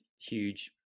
huge